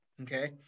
okay